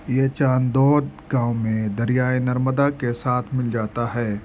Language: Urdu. یہ چاندود گاؤں میں دریائے نرمدا کے ساتھ مل جاتا ہے